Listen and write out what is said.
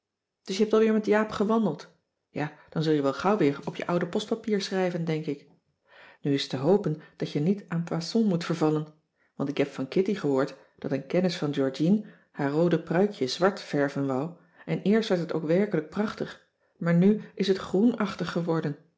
heb dus je hebt al weer met jaap gewandeld ja dan zul je wel gauw weer op je oude postpapier schrijven denk ik nu t is te hopen dat je niet aan poison moet vervallen want ik heb van kitty gehoord dat een kennis van georgien haar roode pruikje zwart verven wou en eerst werd het ook werkelijk prachtig maar nu is het groenachtig geworden